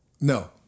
No